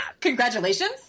Congratulations